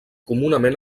comunament